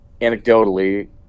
anecdotally